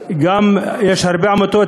יש הרבה עמותות,